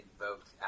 invoked